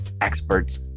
experts